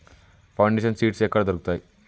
Foundation seeds ఎక్కడ దొరుకుతాయి?